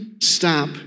stop